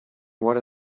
what